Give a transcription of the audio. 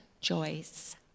Joyce